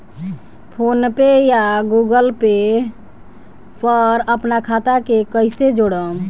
PhonePe या Google Pay पर अपना खाता के कईसे जोड़म?